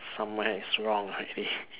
somewhere is wrong I